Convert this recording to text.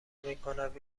میکند